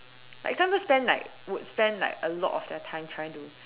like you can't even spend like would spend like a lot of your time trying to